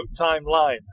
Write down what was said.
timeline